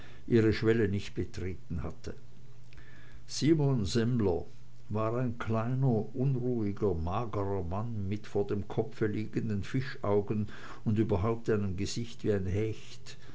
ihre schwelle nicht betreten hatte simon semmler war ein kleiner unruhiger magerer mann mit vor dem kopf liegenden fischaugen und überhaupt einem gesicht wie ein hecht